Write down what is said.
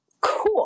cool